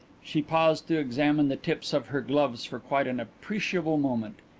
she paused to examine the tips of her gloves for quite an appreciable moment.